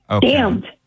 damned